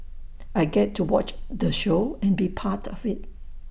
I get to watch the show and be part of IT